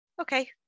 Okay